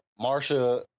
Marsha